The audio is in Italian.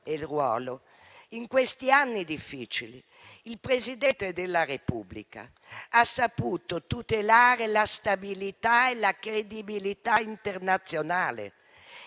e del ruolo, in questi anni difficili, il Presidente della Repubblica ha saputo tutelare la stabilità e la credibilità internazionale.